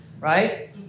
Right